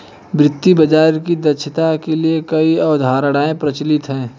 वित्तीय बाजार की दक्षता के लिए कई अवधारणाएं प्रचलित है